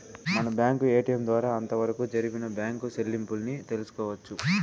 మనం bank ATM ద్వారా అంతవరకు జరిపిన బ్యాంకు సెల్లింపుల్ని తెలుసుకోవచ్చు